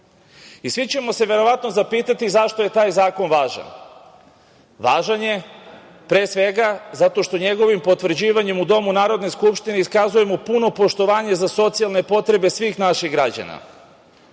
Svi ćemo se verovatno zapitati zašto je taj zakon važan. Važan je pre svega zato što njegovim potvrđivanjem u Domu Narodne skupštine iskazujemo puno poštovanje za socijalne potrebe svih naših građana